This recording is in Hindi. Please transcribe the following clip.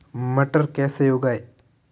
मटर कैसे उगाएं?